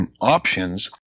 options